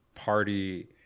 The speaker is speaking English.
party